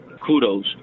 kudos